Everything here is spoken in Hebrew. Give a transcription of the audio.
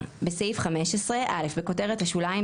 בסעיף 15 בכותרת השוליים,